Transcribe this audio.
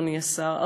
אדוני השר,